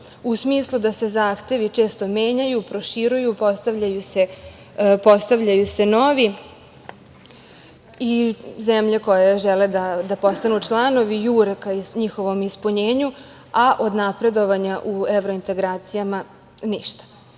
u smislu da se zahtevi često menjaju, proširuju, postavljaju se novi i zemlje koje žele da postanu članovi jure ka njihovom ispunjenju, a od napredovanja u evrointegracijama ništa.